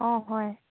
অঁ হয়